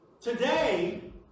Today